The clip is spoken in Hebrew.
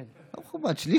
שליש.